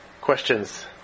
questions